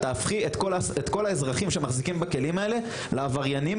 את תהפכי את כל האזרחים שמחזיקים בכלים האלה לעבריינים,